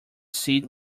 see